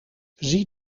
zie